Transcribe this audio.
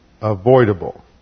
avoidable